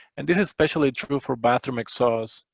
and this is especially true for bathroom exhausts.